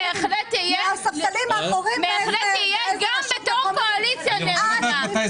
אני בהחלט אהיה, גם כקואליציה, נאמנה.